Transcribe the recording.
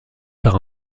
par